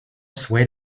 swayed